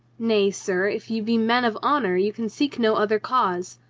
nay, sir, if you be men of honor you can seek no other cause,